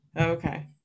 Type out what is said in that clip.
Okay